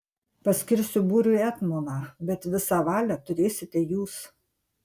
paskirsiu būriui etmoną bet visą valią turėsite jūs